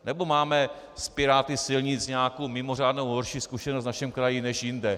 Nebo máme s piráty silnic nějakou mimořádnou horší zkušenost v našem kraji než jinde?